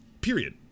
period